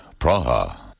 Praha